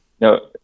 No